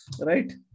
Right